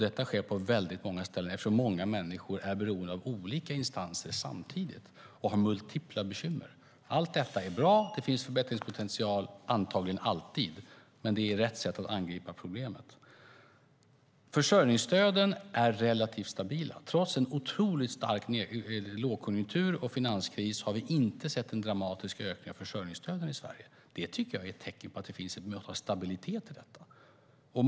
Detta sker på många ställen eftersom många människor är beroende av olika instanser samtidigt och har multipla bekymmer. Allt detta är bra. Det finns antagligen alltid förbättringspotential, men det är rätt sätt att angripa problemet. Försörjningsstöden är relativt stabila. Trots en otroligt stark lågkonjunktur och finanskris har vi inte sett en dramatisk ökning av försörjningsstöden i Sverige. Det tycker jag är ett tecken på att det finns ett mått av stabilitet i detta.